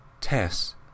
Tess